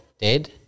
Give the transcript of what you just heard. dead